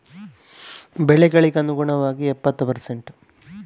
ಕೃಷಿ ಬೆಳೆಗಳಿಗೆ ಸಿಗುವ ಗರಿಷ್ಟ ಸಾಲ ಮತ್ತು ಸಬ್ಸಿಡಿ ಎಷ್ಟು?